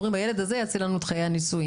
ואומרים שהילד הזה יציל להם את חיי הנישואים,